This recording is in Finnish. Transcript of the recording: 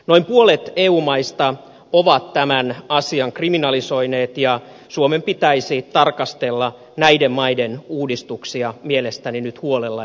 noin puolet eu maista on tämän asian kriminalisoineet ja suomen pitäisi tarkastella näiden maiden uudistuksia mielestäni nyt huolella ja tarkkaan